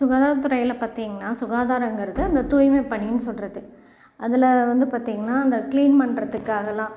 சுகாதார துறையில் பார்த்திங்கன்னா சுகாதாரம்ங்கிறது இந்த தூய்மை பணினு சொல்கிறது அதில் வந்து பார்த்திங்கன்னா அந்த க்ளீன் பண்ணுறதுக்கு அதெலான்